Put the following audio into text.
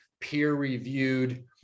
peer-reviewed